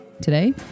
Today